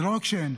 זה לא רק שאין,